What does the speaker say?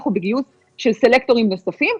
אנחנו בגיוס של סלקטורים נוספים,